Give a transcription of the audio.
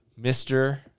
Mr